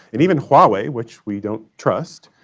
and even huawei, which we don't trust,